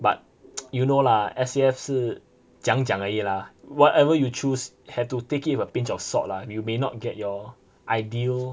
but you know lah S_C_F 是讲讲而已 lah whatever you choose have to take it with a pinch of salt lah you may not get your ideal